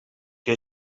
que